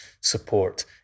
support